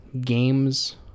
games